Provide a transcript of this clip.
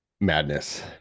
madness